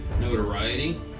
notoriety